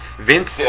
Vince